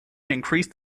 increased